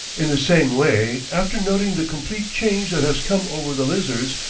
in the same way, after noting the complete change that has come over the lizards,